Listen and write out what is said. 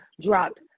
dropped